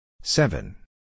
Seven